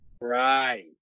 Right